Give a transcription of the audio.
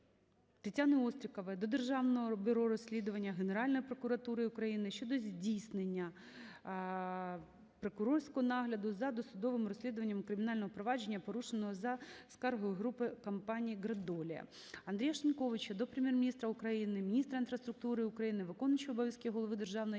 Тетяни Острікової до Державного бюро розслідувань, Генеральної прокуратури України щодо здійснення прокурорського нагляду за досудовим розслідуванням кримінального провадження, порушеного за скаргою групи компаній "Градолія". Андрія Шиньковича до Прем'єр-міністра України, міністра інфраструктури України, виконуючого обов'язки голови Державного